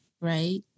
right